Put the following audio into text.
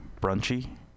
brunchy